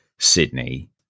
sydney